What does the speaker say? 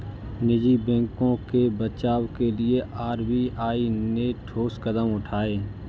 निजी बैंकों के बचाव के लिए आर.बी.आई ने ठोस कदम उठाए